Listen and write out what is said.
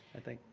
i think.